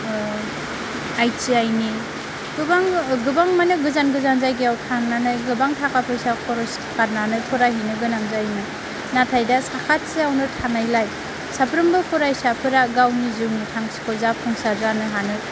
I T I नि गोबां गोबां आनो गोजान जायगायाव थांनानै गोबां थाखा फैसा खरस गारनानै फरायहैनो गोनां जायोमोन नाथाय दा साखाथियावनो थानायलाय साफ्रोमबो फरायसाफोरा गावनि जोनोम थांखिखौ साफुंसार जानो हानो